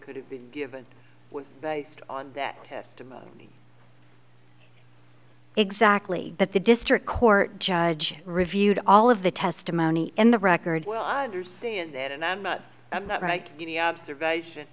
could have been given was based on that testimony exactly that the district court judge reviewed all of the testimony in the record well i understand that and i'm not right in the observation